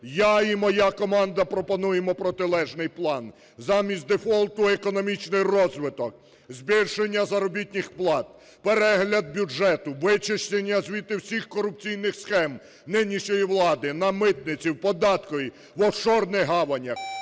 Я і моя команда пропонуємо протилежний план. Замість дефолту - економічний розвиток, збільшення заробітних плат, перегляд бюджету, вичищення звідти всіх корупційних схем нинішньої влади на митниці, в податковій, в офшорних гаванях,